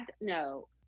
no